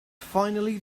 finally